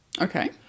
Okay